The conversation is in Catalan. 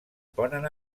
ponen